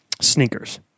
Sneakers